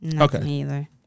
Okay